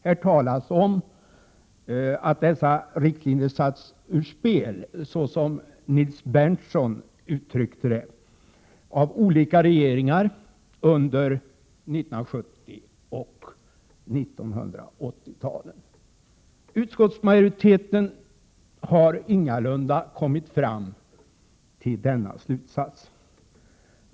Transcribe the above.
Här talas om att dessa riktlinjer satts ur spel, såsom Nils Berndtson uttryckte det, av olika regeringar under 1970 och 1980-talen. Utskottsmajoriteten har ingalunda kommit fram till denna slutsats.